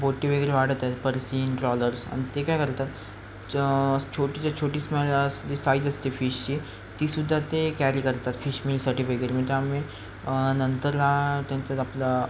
बोटी वगैरे वाढत आहेत पर्सिन ट्रॉलर्स आणि ते काय करतात छोटीच्या छोटी स्मॅल जी साईज असते फिशची तीसुद्धा ते कॅरी करतात फिशमिलसाठी वगैरेसाठी त्यामुळे आम्ही नंतरला त्यांचं आपलं